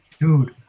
Dude